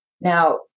Now